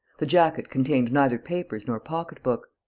the jacket contained neither papers nor pocketbook.